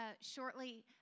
shortly